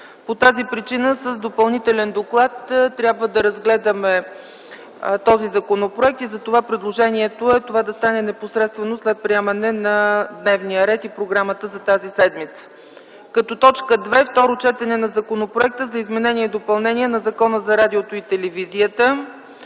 По тази причина с допълнителен доклад трябва да разгледаме този законопроект. Затова предложението е това да стане непосредствено след приемането на дневния ред и програмата за тази седмица. 2. Второ четене на Законопроекта за изменение и допълнение на Закона за радиото и телевизията.